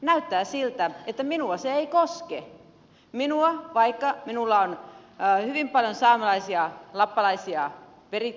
näyttää siltä että minua se ei koske minua vaikka minulla on hyvin paljon saamelaisia lappalaisia veritaustoja